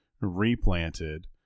replanted